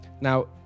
now